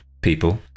people